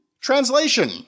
Translation